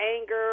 anger